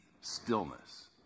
stillness